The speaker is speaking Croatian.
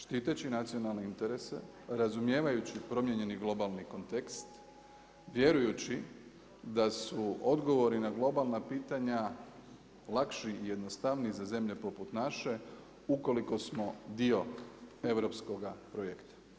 Štiteći nacionalne interese, razumijevajući promijenjeni globalni kontekst, vjerujući da su odgovori na globalna pitanja lakši i jednostavniji za zemlje poput naše, ukoliko smo dio europskoga projekta.